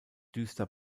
düster